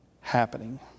happening